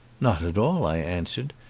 not at all, i answered,